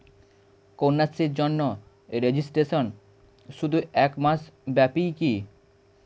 কন্যাশ্রীর জন্য রেজিস্ট্রেশন শুধু এক মাস ব্যাপীই কি?